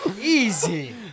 Easy